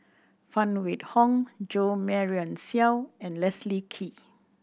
Phan Wait Hong Jo Marion Seow and Leslie Kee